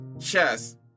chess